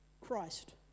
Christ